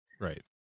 Right